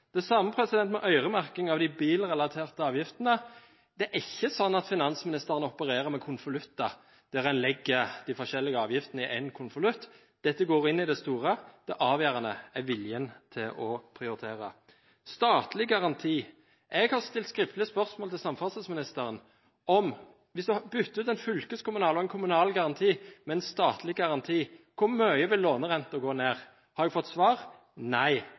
Det er det samme med øremerkingen av de bilrelaterte avgiftene. Det er ikke sånn at finansministeren opererer med konvolutter der en legger de forskjellige avgiftene i en konvolutt – dette går inn i det store. Det avgjørende er viljen til å prioritere. Når det gjelder statlig garanti, har jeg stilt skriftlig spørsmål til samferdselsministeren: Hvis en bytter ut en fylkeskommunal og kommunal garanti med en statlig garanti, hvor mye vil lånerenten gå ned? Har jeg fått svar?